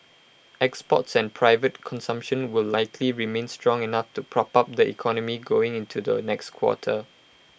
exports and private consumption will likely remain strong enough to prop up the economy going into the next quarter